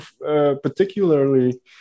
particularly